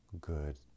good